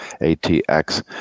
atx